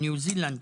ניו זילנד,